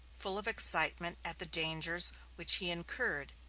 full of excitement at the dangers which he incurred,